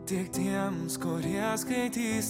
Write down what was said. tiek tiems kurie skaitys